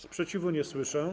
Sprzeciwu nie słyszę.